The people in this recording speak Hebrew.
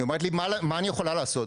היא אומרת לי: מה שאני יכולה לעשות?